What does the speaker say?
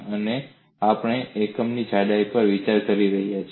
અને આપણે એકમની જાડાઈ પર વિચાર કરી રહ્યા છીએ